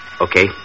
Okay